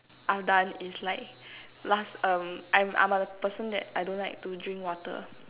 I've done is like last um I'm I'm a person that I don't like to drink water